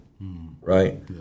right